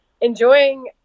enjoying